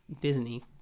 Disney